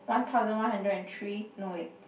one thousand one hundred and three no wait